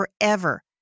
forever